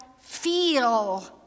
feel